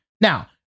Now